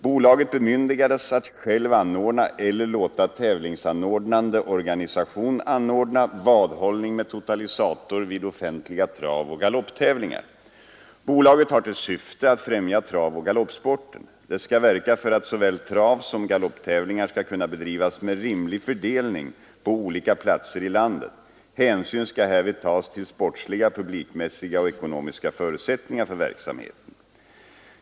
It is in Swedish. Bolaget bemyndigades att självt anordna eller låta tävlingsanordnande organisation anordna vadhållning med totalisator vid offentliga travoch galopptävlingar. Bolaget har till syfte att främja travoch galoppsporten. Det skall verka för att såväl travsom galopptävlingar skall kunna bedrivas med rimlig fördelning på olika platser i landet. Hänsyn skall härvid tas till sportsliga, publikmässiga och ekonomiska 11 förutsättningar för verksamheten.